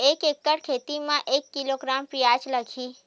एक एकड़ खेती म के किलोग्राम प्याज लग ही?